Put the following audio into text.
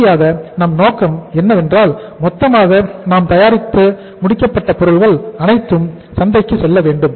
இறுதியாக நம் நோக்கம் என்னவென்றால் மொத்தமாக நாம் தயாரித்த முடிக்கப்பட்ட பொருட்கள் அனைத்தும் சந்தைக்கு செல்ல வேண்டும்